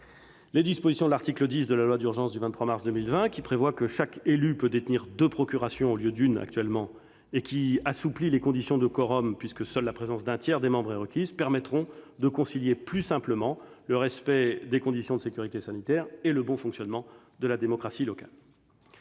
Les dispositions de l'article 10 de la loi du 23 mars 2020 d'urgence pour faire face à l'épidémie de Covid-19, qui prévoient que chaque élu peut détenir deux procurations, au lieu d'une actuellement, et qui assouplissent les conditions de quorum, puisque seule la présence d'un tiers des membres est requise, permettront de concilier plus simplement le respect des conditions de sécurité sanitaire et le bon fonctionnement de la démocratie locale.